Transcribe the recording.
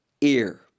ear